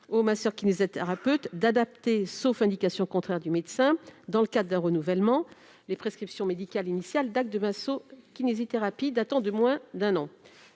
aux masseurs-kinésithérapeutes d'adapter, sauf indication contraire du médecin, dans le cadre d'un renouvellement, les prescriptions médicales initiales d'actes de masso-kinésithérapie datant de moins d'un an.